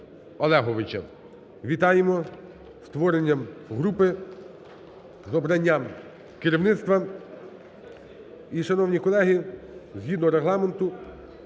Олеговича. Вітаємо із створення групи, з обранням керівництва. І, шановні колеги, згідно Регламенту,